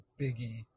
biggie